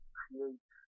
create